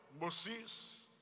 Moses